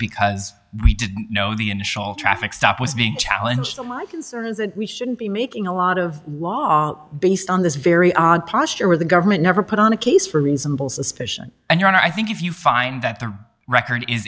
because we know the initial traffic stop was being challenged so my concern is that we shouldn't be making a lot of law based on this very odd posture where the government never put on a case for reasonable suspicion and you and i think if you find that the record is